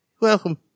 Welcome